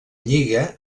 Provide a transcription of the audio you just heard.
lliga